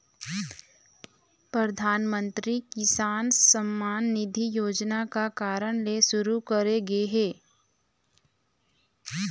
परधानमंतरी किसान सम्मान निधि योजना का कारन ले सुरू करे गे हे?